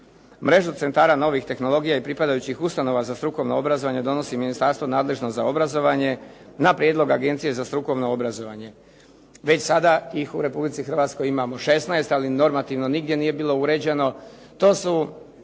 Mrežu centara novih tehnologija i pripadajućih ustanova za strukovno obrazovanje donosi ministarstvo nadležno za obrazovanje na prijedlog Agencije za strukovno obrazovanje. Već sada ih u Republici Hrvatskoj imamo 16, ali normativno nigdje nije bilo uređeno, to su